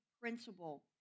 principle